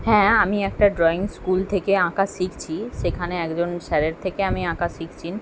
হ্যাঁ আআমি একটা ড্রইং স্কুল থেকে আঁকা শিখছি সেখানে একজন স্যারের থেকে আমি আঁকা শিখছি